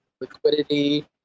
liquidity